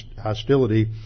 hostility